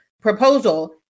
proposal